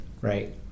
right